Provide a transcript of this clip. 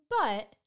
But-